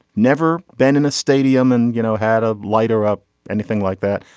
never been in a stadium and you know had a lighter up anything like that.